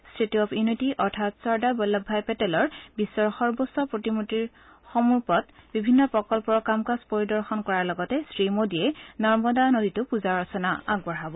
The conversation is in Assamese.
ষ্টেচু অৱ ইউনিটী অৰ্থাৎ চৰ্দাৰ বল্লভ ভাই পেটেলৰ বিশ্বৰ সৰ্বোচ্চ প্ৰতিমূৰ্তিৰ সমীপত বিভিন্ন প্ৰকল্পৰ কাম কাজ পৰিদৰ্শন কৰাৰ লগতে শ্ৰীমোদীয়ে নৰ্মদা নদীতো পূজা অৰ্চনা আগবঢ়াব